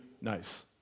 nice